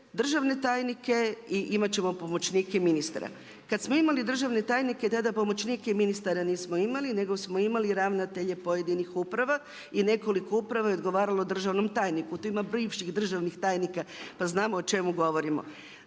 državne tajnike i imat ćemo pomoćnike ministra. Kad smo imali državne tajnike tada pomoćnike ministara nismo imali nego smo imali ravnatelje pojedinih uprava i nekoliko uprava je odgovaralo državnom tajniku. Tu ima bivših državnih tajnika pa znamo o čemu govorimo.